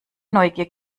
neugier